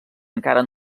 encara